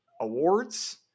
awards